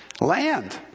land